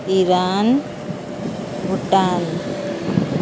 Iran Bhutan